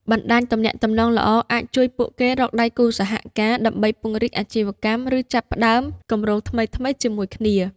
បណ្តាញទំនាក់ទំនងល្អអាចជួយពួកគេរក ដៃគូសហការ ដើម្បីពង្រីកអាជីវកម្ម ឬចាប់ផ្តើមគម្រោងថ្មីៗជាមួយគ្នា។